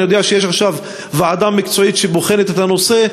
אני יודע שיש עכשיו ועדה מקצועית שבוחנת את הנושא,